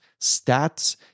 stats